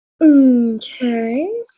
Okay